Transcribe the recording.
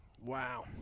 Wow